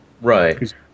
Right